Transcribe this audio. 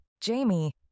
Jamie